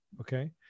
okay